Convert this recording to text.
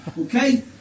Okay